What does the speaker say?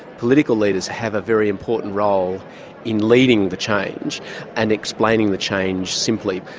political leaders have a very important role in leading the change and explaining the change simply.